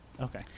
okay